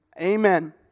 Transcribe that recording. Amen